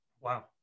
Wow